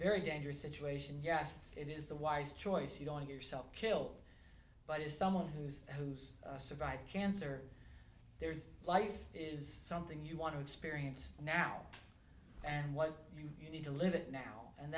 very dangerous situation yet it is the wise choice you don't yourself kill but as someone who's who's survived cancer there's life is something you want to experience now and what you need to live it now and